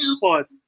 pause